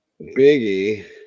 Biggie